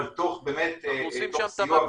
אבל תוך באמת סיוע --- אנחנו עושים שם את המקסימום.